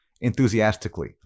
enthusiastically